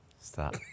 Stop